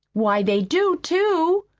why, they do, too,